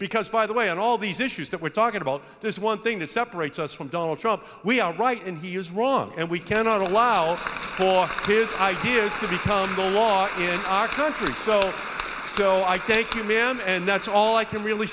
because by the way on all these issues that we're talking about there's one thing that separates us from donald trump we are right and he is wrong and we cannot allow for his ideas to become the law in our country so so i thank you man and that's all i can really